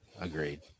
Agreed